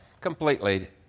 completely